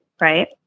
right